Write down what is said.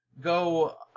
Go